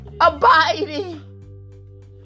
abiding